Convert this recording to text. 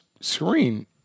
screen